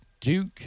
Duke